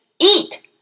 Eat